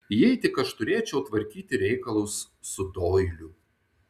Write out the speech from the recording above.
jei tik aš turėčiau tvarkyti reikalus su doiliu